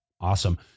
Awesome